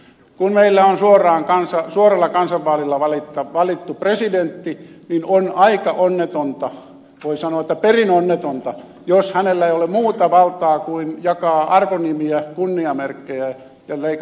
kun meillä on suoralla kansanvaalilla valittu presidentti niin on aika onnetonta voi sanoa että perin onnetonta jos hänellä ei ole muuta valtaa kuin jakaa arvonimiä kunniamerkkejä ja leikata nauhoja